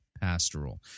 pastoral